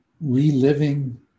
reliving